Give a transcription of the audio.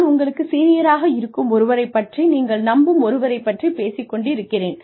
நான் உங்களுக்கு சீனியராக இருக்கும் ஒருவரை பற்றி நீங்கள் நம்பும் ஒருவரை பற்றிப் பேசிக் கொண்டிருக்கிறேன்